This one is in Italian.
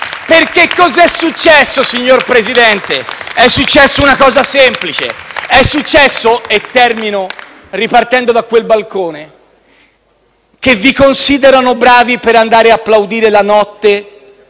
Perché? Cosa è successo, signor Presidente? È successa una cosa semplice. È successo - termino ripartendo da quel balcone - che vi considerano bravi per andare ad applaudire la notte